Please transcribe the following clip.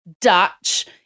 Dutch